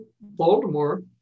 Baltimore